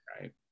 Right